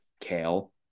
Kale